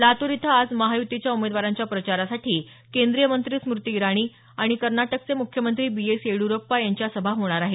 लातूर इथं आज महायुतीच्या उमेदवारांच्या प्रचारासाठी केंद्रीय मंत्री स्मुती इराणी आणि कर्नाटकचे म्ख्यमंत्री बी एस येडीयरप्पा यांच्या सभा होणार आहेत